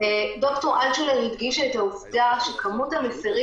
היא הדגישה את העובדה שכמות המפרים